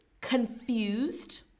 confused